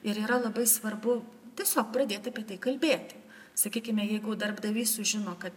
ir yra labai svarbu tiesiog pradėt apie tai kalbėti sakykime jeigu darbdavys sužino kad